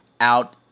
out